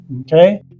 okay